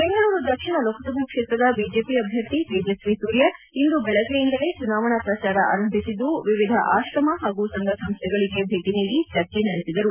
ಬೆಂಗಳೂರು ದಕ್ಷಿಣ ಲೋಕಸಭಾ ಕ್ಷೇತ್ರದ ಬಿಜೆಪಿ ಅಭ್ಯರ್ಥಿ ತೇಜಸ್ವಿ ಸೂರ್ಯ ಇಂದು ಬೆಳಗ್ಗೆಯಿಂದಲೇ ಚುನಾವಣಾ ಪ್ರಚಾರ ಆರಂಭಿಸಿದ್ದು ವಿವಿಧ ಆಶ್ರಮ ಹಾಗೂ ಸಂಘ ಸಂಸ್ಥೆಗಳಿಗೆ ಭೇಟಿ ನೀಡಿ ಚರ್ಚೆ ನಡೆಸಿದರು